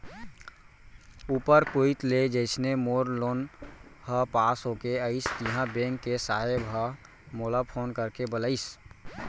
ऊपर कोइत ले जइसने मोर लोन ह पास होके आइस तिहॉं बेंक के साहेब ह मोला फोन करके बलाइस